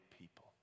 people